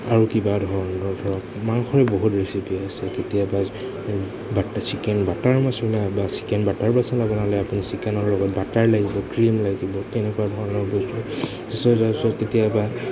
আৰু কিবা ধৰণৰ ধৰক মাংসৰে বহুত ৰেচিপি আছে কেতিয়াবা চিকেন বাটাৰ মচলা বা চিকেন বাটাৰ মচলা বনালে আপুনি চিকেনৰ লগত বাটাৰ লাগিব ক্ৰীম লাগিব তেনেকুৱা ধৰণৰ বস্তু তাৰপিছত কেতিয়াবা